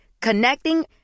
Connecting